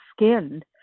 skinned